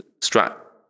strap